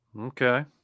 Okay